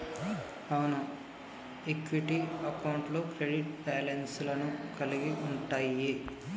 అవును ఈక్విటీ అకౌంట్లు credit balance లను కలిగి ఉంటయ్యి